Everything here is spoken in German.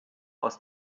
aus